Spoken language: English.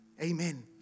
Amen